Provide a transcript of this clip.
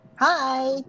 Hi